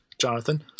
Jonathan